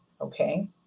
okay